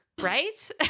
right